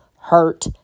hurt